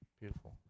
Beautiful